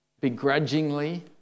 begrudgingly